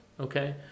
okay